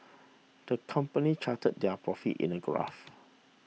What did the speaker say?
the company charted their profits in a graph